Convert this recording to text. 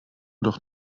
doch